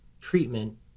treatment